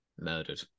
Murdered